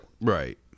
Right